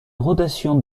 rotation